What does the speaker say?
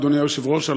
אדוני היושב-ראש,